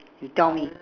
you tell me